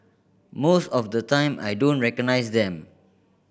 most of the time I don't recognise them